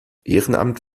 ehrenamt